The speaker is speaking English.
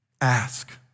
Ask